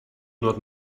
not